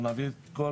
הוא מעביר את כל